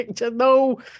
No